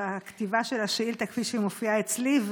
בכתיבה של השאילתה כפי שהיא מופיעה אצלי.